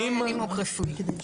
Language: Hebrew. אין נימוק רפואי.